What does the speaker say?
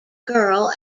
girl